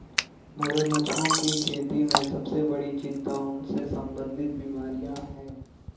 मगरमच्छों की खेती में सबसे बड़ी चिंता उनसे संबंधित बीमारियां हैं?